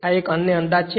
આ એક અન્ય અંદાજ છે